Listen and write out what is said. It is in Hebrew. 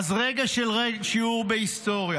אז רגע של שיעור בהיסטוריה: